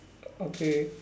okay